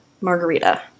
margarita